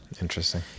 Interesting